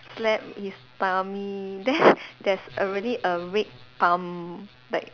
slap his tummy then there's already a red palm like